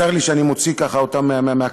צר לי שאני ככה מוציא אותם מהקברים,